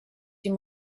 die